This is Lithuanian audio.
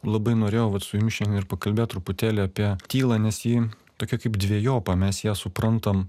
labai norėjau vat su jumis šiandien ir pakalbėt truputėlį apie tylą nes ji tokia kaip dvejopa mes ją suprantam